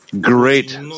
great